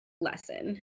lesson